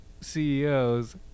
CEOs